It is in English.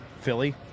Philly